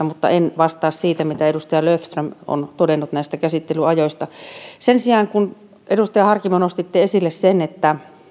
mutta en vastaa siitä mitä edustaja löfström on näistä käsittelyajoista todennut sen sijaan kun edustaja harkimo nostitte esille sen että